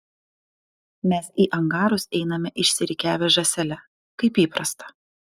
mes į angarus einame išsirikiavę žąsele kaip įprasta